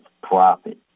profit